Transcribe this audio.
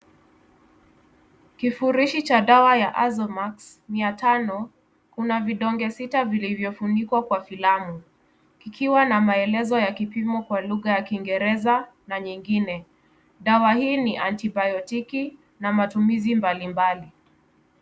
Kifurishi cha dawa ya azmax mia tano kuna vidonge sita vilivyofungwa kwa filamu kikiwa na maelezo ya kipimo kwa lugha ya Kiingereza na nyingine. Dawa hii ni antibiotiki na matumizi mbalimbali.